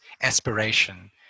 aspiration